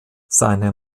seine